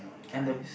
and the